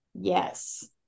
Yes